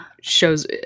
shows